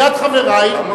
מייד חברייך,